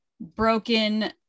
broken